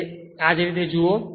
એ જ રીતે આ જુઓ